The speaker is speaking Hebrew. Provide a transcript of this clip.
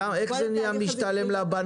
אולי חלק מזה בגלל